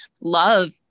love